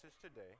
today